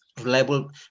reliable